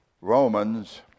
Romans